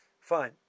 Fine